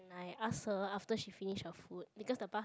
I ask her after she finished her food because the bus